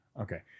Okay